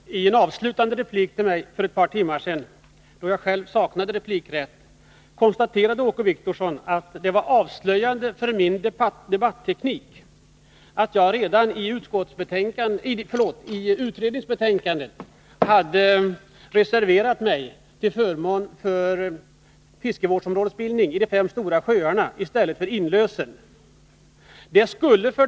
Herr talman! I en avslutande replik till mig för ett par timmar sedan — själv saknade jag replikrätt då — konstaterade Åke Wictorsson att det var avslöjande för min debatteknik att jag redan i utredningsbetänkandet hade reserverat mig till förmån för fiskevårdsområdesbildning i de fem stora sjöarna i stället för inlösen.